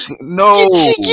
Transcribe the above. No